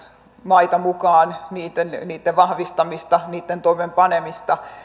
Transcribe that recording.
maita mukaan niitten vahvistamista niitten toimeenpanemista